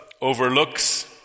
overlooks